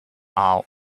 are